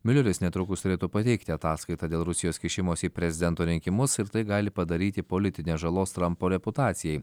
miuleris netrukus turėtų pateikti ataskaitą dėl rusijos kišimosi į prezidento rinkimus ir tai gali padaryti politinės žalos trampo reputacijai